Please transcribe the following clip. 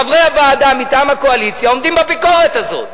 חברי הוועדה מטעם הקואליציה עומדים בביקורת הזאת.